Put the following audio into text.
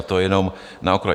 To jenom na okraj.